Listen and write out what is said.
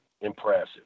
impressive